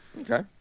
Okay